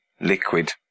liquid